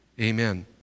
Amen